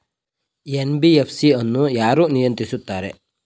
NBFC ಅನ್ನು ಯಾರು ನಿಯಂತ್ರಿಸುತ್ತಾರೆ?